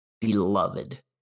beloved